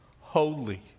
holy